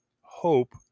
Hope